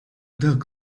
dog